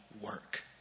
work